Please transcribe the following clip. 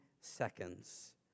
seconds